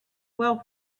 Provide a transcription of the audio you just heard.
well